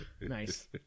Nice